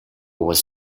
was